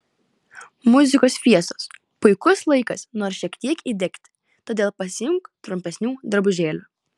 muzikos fiestos puikus laikas nors šiek tiek įdegti todėl pasiimk trumpesnių drabužėlių